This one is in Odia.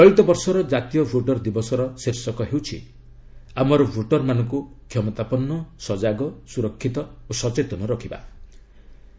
ଚଳିତବର୍ଷର କାତୀୟ ଭୋଟର ଦିବସର ଶୀର୍ଷକ ହେଉଛି 'ଆମର ଭୋଟରମାନଙ୍କୁ କ୍ଷମତାପନ୍ନ ସଜାଗ ସୁରକ୍ଷିତ ଓ ସଚେତନ ରଖିବା'